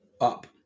up